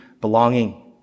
belonging